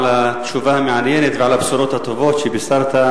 על התשובה המעניינת ועל הבשורות הטובות שבישרת,